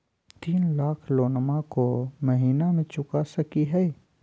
तीन लाख लोनमा को महीना मे चुका सकी हय?